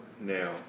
now